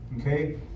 Okay